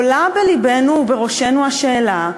עולה בלבנו ובראשנו השאלה,